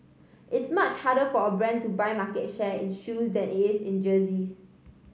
it's much harder for a brand to buy market share in shoes than it is in jerseys